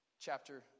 chapter